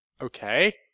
okay